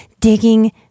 digging